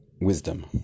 wisdom